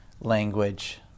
language